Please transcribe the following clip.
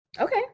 Okay